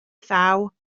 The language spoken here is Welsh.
thaw